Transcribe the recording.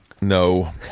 No